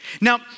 Now